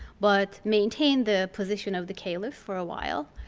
but maintained the position of the caliph for a while.